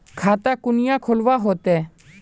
खाता कुनियाँ खोलवा होते?